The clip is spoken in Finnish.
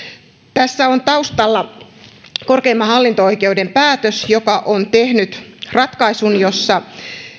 tässä on taustalla korkeimman hallinto oikeuden päätös joka on tehnyt ratkaisun jossa